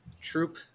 troop